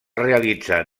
realitzar